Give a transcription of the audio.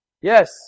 Yes